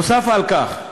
נוסף על כך,